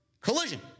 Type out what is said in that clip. Collision